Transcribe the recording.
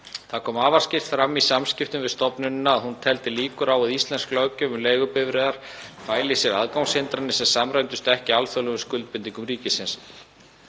Það kom afar skýrt fram í samskiptum við stofnunina að hún teldi líkur á að íslensk löggjöf um leigubifreiðar fæli í sér aðgangshindranir sem samræmdust ekki alþjóðlegum skuldbindingum ríkisins.